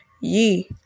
ye